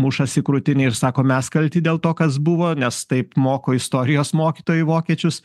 mušasi į krūtinę ir sako mes kalti dėl to kas buvo nes taip moko istorijos mokytojai vokiečius